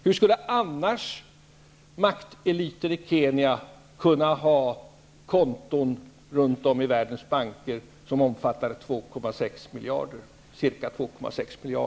Hur skulle annars makteliten i Kenya kunna ha konton runt om i världens banker som omfattar ca 2,6 miljarder kronor?